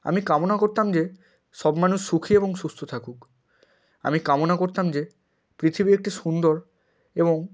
আমি কামনা করতাম যে সব মানুষ সুখী এবং সুস্থ থাকুক আমি কামনা করতাম যে পৃথিবী একটি সুন্দর এবং